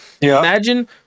imagine